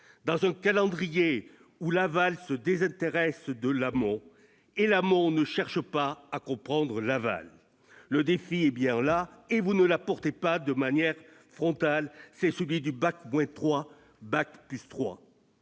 dans un calendrier où l'aval se désintéresse de l'amont et où l'amont ne cherche pas à comprendre l'aval. Le défi est bien, et vous ne l'abordez pas de manière frontale : c'est celui du « bac-3/bac+3